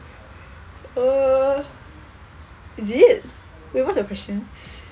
uh is it wait what's your question